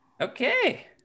Okay